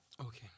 Okay